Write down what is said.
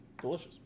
Delicious